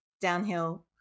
downhill